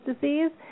disease